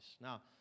Now